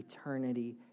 eternity